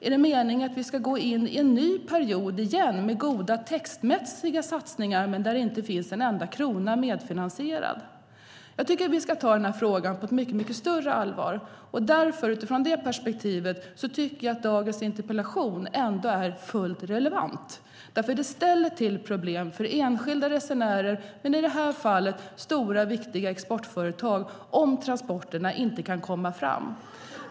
Är det meningen att vi ska gå in i en ny period igen med goda textmässiga satsningar där det inte finns en enda krona medfinansierad? Jag tycker att vi ska ta frågan på ett mycket större allvar. Utifrån det perspektivet är dagens interpellation fullt relevant. Det ställer till problem för enskilda resenärer och i det här fallet stora viktiga exportföretag om transporterna inte kan komma fram.